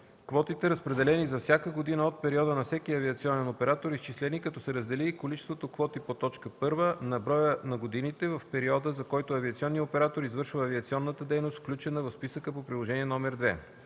квотите, разпределени за всяка година от периода на всеки авиационен оператор, изчислени, като се раздели количеството квоти по т. 1 на броя на годините в периода, за който този авиационен оператор извършва авиационна дейност, включена в списъка по приложение № 2.